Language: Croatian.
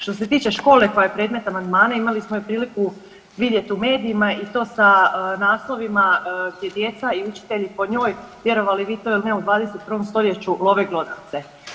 Što se tiče škole koja je predmet amandmana imali smo je priliku vidjet u medijima i to sa naslovima gdje djeca i učitelji po njoj vjerovali vi to ili ne u 21. stoljeću love glodavce.